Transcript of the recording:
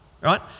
Right